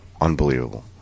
Unbelievable